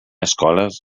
escoles